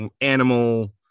animal